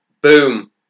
boom